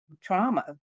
trauma